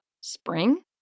Spring